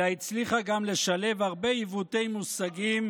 אלא הצליחה גם לשלב הרבה עיוותי מושגים